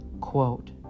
Quote